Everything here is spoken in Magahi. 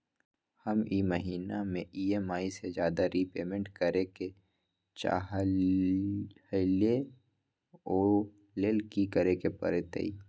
हम ई महिना में ई.एम.आई से ज्यादा रीपेमेंट करे के चाहईले ओ लेल की करे के परतई?